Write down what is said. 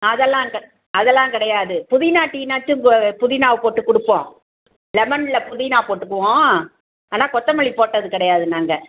அதெல்லாம் கெ அதெல்லாம் கிடையாது புதினா டீனாச்சும் போ புதினாவை போட்டுக் கொடுப்போம் லெமனில் புதினா போட்டுக்குவோம் ஆனால் கொத்தமல்லி போட்டது கிடையாது நாங்கள்